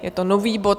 Je to nový bod.